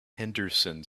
henderson